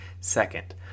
Second